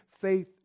faith